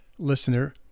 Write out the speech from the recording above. listener